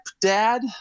dad